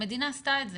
המדינה עשתה את זה.